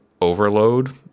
overload